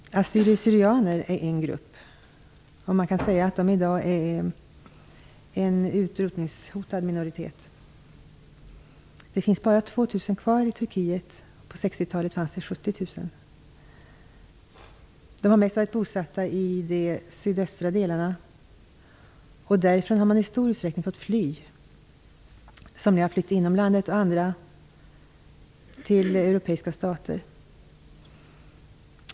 Assyriersyrianer är en grupp. Man kan säga att de i dag är en utrotningshotad minoritet. Det finns bara 2 000 kvar i Turkiet. På 60-talet fanns det 70 000. De har mest varit bosatta i de sydöstra delarna. Därifrån har de i stor utsträckning fått fly. Somliga har flytt inom landet och andra till europeiska stater.